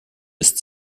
ist